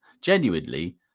genuinely